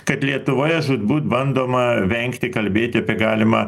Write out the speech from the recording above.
kad lietuvoje žūtbūt bandoma vengti kalbėti apie galimą